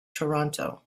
toronto